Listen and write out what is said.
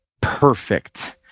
perfect